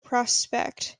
prospect